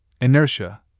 inertia